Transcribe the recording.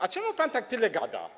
A czemu pan tak tyle gada?